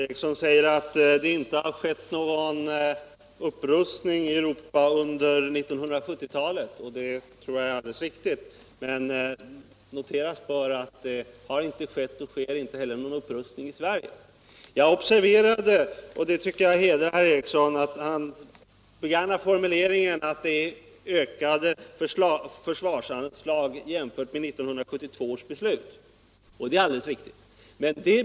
Herr talman! Herr Ericson i Örebro säger att det inte har skett någon upprustning i Europa under 1970-talet, och det tror jag är alldeles riktigt. Men noteras bör att det inte heller skett eller sker någon upprustning i Sverige. Jag observerade att herr Ericson begagnade formuleringen — och det tycker jag hedrar honom — att försvarsanslagen ökat jämfört med 1972 års beslut. Det är alldeles riktigt.